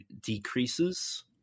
decreases